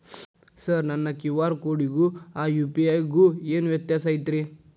Sir ನನ್ನ QR ಕೊಡಿಗೂ ಆ ಯು.ಪಿ.ಐ ಗೂ ಏನ್ ವ್ಯತ್ಯಾಸ ಐತ್ರಿ?